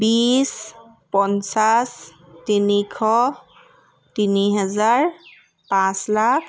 বিছ পঞ্চাছ তিনিশ তিনি হেজাৰ পাঁচ লাখ